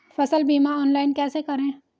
फसल बीमा ऑनलाइन कैसे करें?